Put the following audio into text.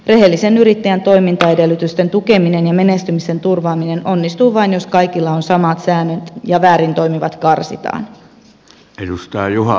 rehellisen yrittäjän toimintaedellytysten tukeminen ja menestymisen turvaaminen onnistuvat vain jos kaikilla on samat säännöt ja väärin toimivat karsitaan